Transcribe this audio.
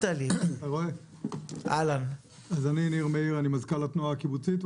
אני מזכ"ל התנועה הקיבוצית,